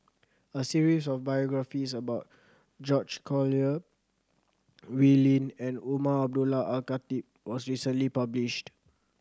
a series of biographies about George Collyer Wee Lin and Umar Abdullah Al Khatib was recently published